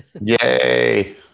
Yay